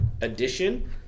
edition